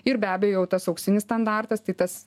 ir be abejo jau tas auksinis standartas tai tas